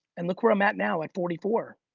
and look where i'm at now at forty four.